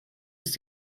ist